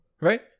right